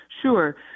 Sure